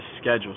schedule